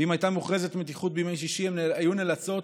ואם הייתה מוכרזת מתיחות בימי שישי הן היו נאלצות